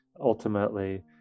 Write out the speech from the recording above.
ultimately